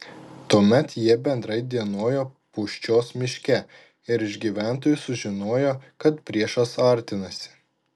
tuomet jie bendrai dienojo pūščios miške ir iš gyventojų sužinojo kad priešas artinasi